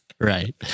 right